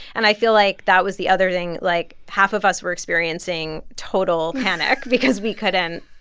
and i feel like that was the other thing. like, half of us were experiencing total panic because we couldn't.